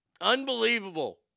Unbelievable